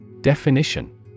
Definition